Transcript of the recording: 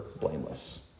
blameless